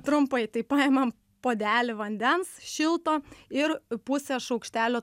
trumpai tai paimam puodelį vandens šilto ir pusę šaukštelio